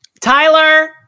Tyler